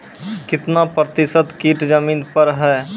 कितना प्रतिसत कीट जमीन पर हैं?